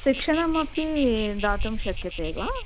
शिक्षणमपि दातुं शक्यते वा